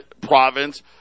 province